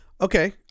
Okay